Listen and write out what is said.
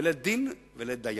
ולית דין ולית דיין.